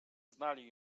znali